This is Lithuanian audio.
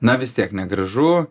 na vis tiek negražu